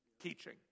Teaching